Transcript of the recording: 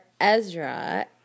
Ezra